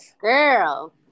Girl